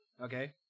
Okay